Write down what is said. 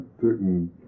certain